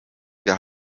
wir